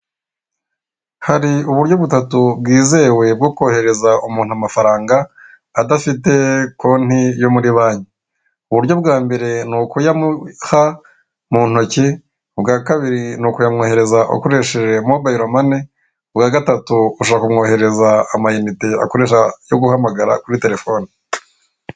Hari uburyo butatu bwizewe bwo kohereza umuntu amafaranga, adafite konti yo muri banki, uburyo bwa mbere ni ukuyamuha mu ntoki, ubwa kabiri ni ukuyamwoherereza akoresheje mobayiro mani, ubwa gatatu ushobora kumwoherereza amayite akoresha yo guhamagara kuri terefoni.